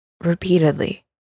repeatedly